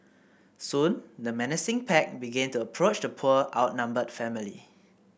soon the menacing pack began to approach the poor outnumbered family